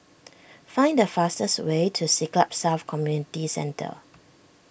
find the fastest way to Siglap South Community Centre